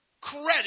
credit